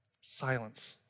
Silence